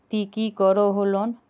ती की करोहो लोन?